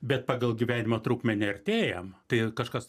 bet pagal gyvenimo trukmę neartėjam tai kažkas